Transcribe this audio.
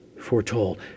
foretold